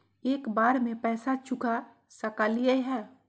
एक बार में पैसा चुका सकालिए है?